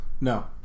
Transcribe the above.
No